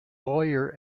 lawyer